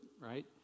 right